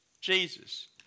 Jesus